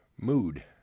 mood